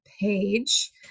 page